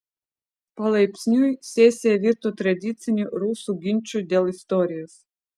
palaipsniui sesija virto tradiciniu rusų ginču dėl istorijos